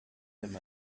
him